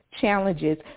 challenges